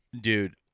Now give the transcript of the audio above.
dude